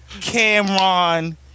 Cameron